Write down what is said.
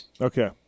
Okay